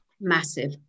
Massive